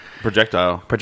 Projectile